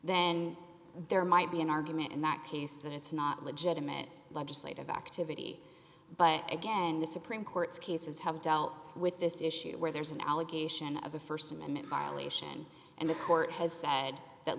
then there might be an argument in that case that it's not legitimate legislative activity but again the supreme court's cases have dealt with this issue where there's an allegation of a st amendment violation and the court has said that